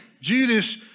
Judas